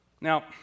Now